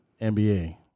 NBA